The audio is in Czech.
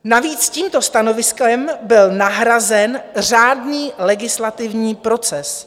Navíc tímto stanoviskem byl nahrazen řádný legislativní proces.